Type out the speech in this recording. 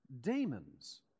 demons